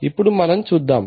ఇప్పుడు మనం చూద్దాం